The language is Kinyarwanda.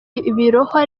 ibirohwa